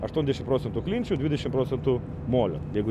aštuoniasdešim procentų klinčių dvidešim procentų molio jeigu